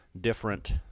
different